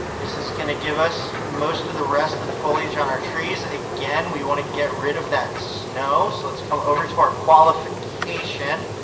this is going to give us most of the rest of the foliage on our trees. again, we want to get rid of that snow. so let's come over to our qualification.